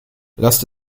lasst